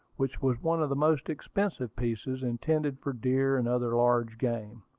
which was one of the most expensive pieces, intended for deer and other large game.